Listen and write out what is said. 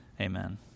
amen